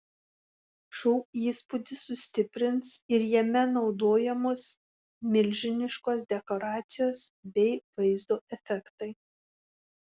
šou įspūdį sustiprins ir jame naudojamos milžiniškos dekoracijos bei vaizdo efektai